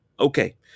Okay